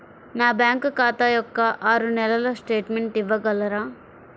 నా బ్యాంకు ఖాతా యొక్క ఆరు నెలల స్టేట్మెంట్ ఇవ్వగలరా?